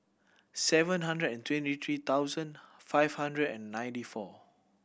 seven hundred and twenty three thousand five hundred and ninety four